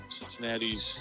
Cincinnati's